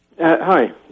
Hi